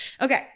Okay